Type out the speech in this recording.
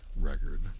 record